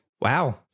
Wow